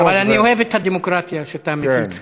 אבל אני אוהב את הדמוקרטיה שאתה מפיץ כאן.